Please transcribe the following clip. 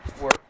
work